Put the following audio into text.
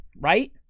right